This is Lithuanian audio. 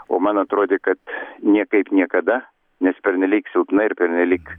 o man atrodė kad niekaip niekada nes pernelyg silpna ir pernelyg